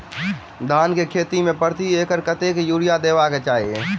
धान केँ खेती मे प्रति एकड़ कतेक यूरिया देब केँ चाहि?